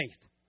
faith